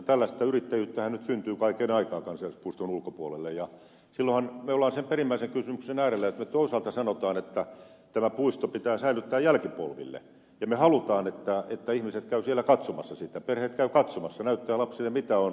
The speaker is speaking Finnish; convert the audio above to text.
tällaista yrittäjyyttähän nyt syntyy kaiken aikaa kansallispuiston ulkopuolelle ja silloinhan me olemme sen perimmäisen kysymyksen äärellä että me toisaalta sanomme että tämä puisto pitää säilyttää jälkipolville ja me haluamme että ihmiset käyvät siellä katsomassa sitä perheet käyvät katsomassa näyttävät lapsille mitä on lappilainen pallasmainen luonto